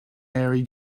mary